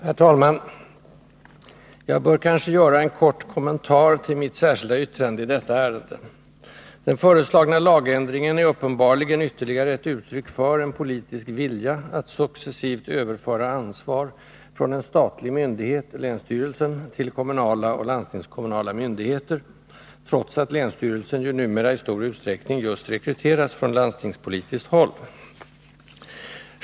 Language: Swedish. Herr talman! Jag bör kanske göra en kort kommentar till mitt särskilda yttrande i detta ärende. Den föreslagna lagändringen är uppenbarligen ytterligare ett uttryck för en politisk vilja att successivt överföra ansvar från en statlig myndighet — länsstyrelsen — till kommunala och landstingskommun nala myndigheter, trots att länsstyrelsen ju numera i stor utsträckning just rekryteras från landstingspolitiskt håll.